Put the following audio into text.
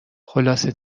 خلاصه